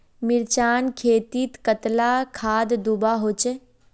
मिर्चान खेतीत कतला खाद दूबा होचे?